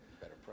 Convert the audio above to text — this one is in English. Better